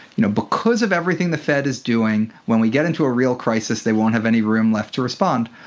you know, because of everything the fed is doing, when we get into a real crisis they won't have any room left to respond.